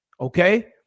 okay